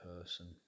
person